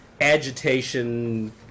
agitation